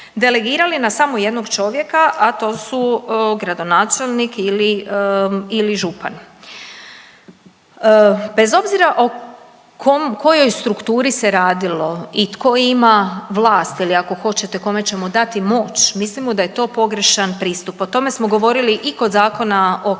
delegirali na samo jednog čovjeka, a to su gradonačelnik ili župan. Bez obzira o kojoj strukturi se radilo i tko ima vlast ili ako hoćete kome ćemo dati moć, mislimo da je to pogrešan pristup, o tome smo govorili i kod Zakona o kazalištima,